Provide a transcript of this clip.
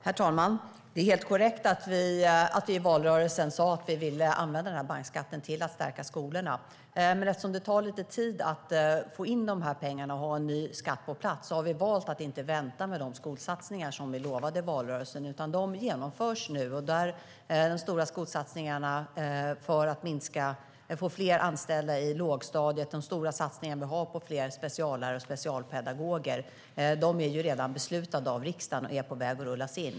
Herr talman! Det är korrekt att vi i valrörelsen sa att vi ville använda bankskatten till att stärka skolorna. Men eftersom det tar tid att få en ny skatt på plats och få in pengarna har vi valt att inte vänta med de skolsatsningar vi lovade i valrörelsen, utan de genomförs nu. De stora satsningarna på fler anställda på lågstadiet och på fler speciallärare och specialpedagoger är redan beslutade av riksdagen och på väg att genomföras.